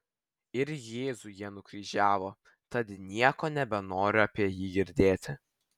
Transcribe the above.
ir jėzų jie nukryžiavo tad nieko nebenoriu apie jį girdėt